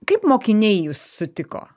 kaip mokiniai jus sutiko